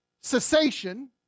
cessation